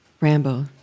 Rambo